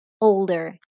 older